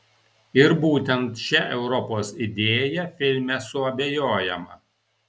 ir būtent šia europos idėja filme suabejojama